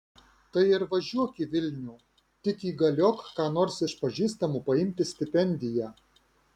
tai ir važiuok į vilnių tik įgaliok ką nors iš pažįstamų paimti stipendiją